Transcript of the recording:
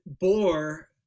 bore